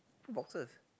what boxes